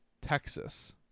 texas